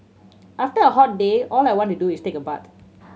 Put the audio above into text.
after a hot day all I want to do is take a bath